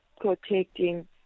protecting